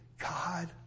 God